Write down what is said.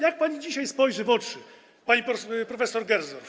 Jak pani dzisiaj spojrzy w oczy pani prof. Gersdorf?